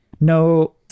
no